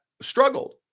struggled